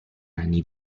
anni